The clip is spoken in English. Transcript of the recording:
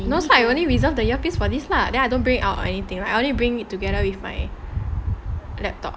no so I only reserve the earpiece for this lah then I don't bring it out or anything I only bring it together with my laptop